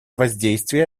воздействия